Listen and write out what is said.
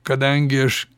kadangi aš